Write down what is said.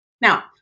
Now